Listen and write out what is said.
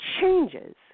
changes